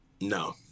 No